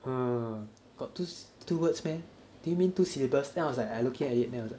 hmm got two two words [one] meh do you mean two syllabus then I was like I looking at it then I was like